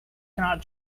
cannot